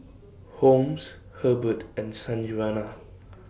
Holmes Herbert and Sanjuana